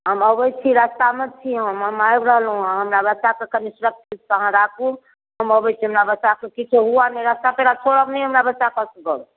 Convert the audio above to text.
हम अबै छी रस्तामे छी हम आबि रहलहुँ हँ हमरा बच्चाके कनि सुरक्षितसँ अहाँ राखू हम अबै छी हमरा बच्चाके किछु हुअए नहि रास्ता पेड़ा छोड़ब नहि हमरा बच्चाके एसगर